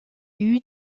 eut